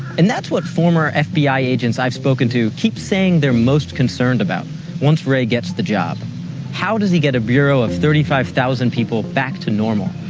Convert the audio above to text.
and that's what former fbi agents i've spoken to keep saying they're most concerned about once wray gets the job how does he get a bureau of thirty five thousand people back to normal,